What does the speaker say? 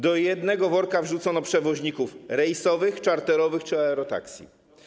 Do jednego worka wrzucono przewoźników rejsowych, czarterowych czy aerotaksi.